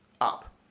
up